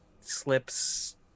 slips